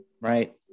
right